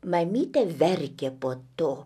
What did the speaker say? mamytė verkė po to